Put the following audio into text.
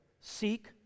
Seek